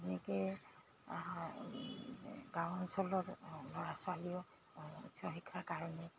এনেকৈ গাঁও অঞ্চলৰ ল'ৰা ছোৱালীয়েও উচ্চ শিক্ষাৰ কাৰণে